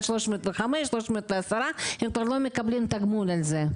305 או 310 הם כבר לא מקבלים תגמול על זה,